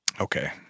Okay